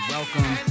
Welcome